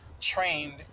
trained